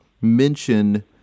mention